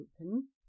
open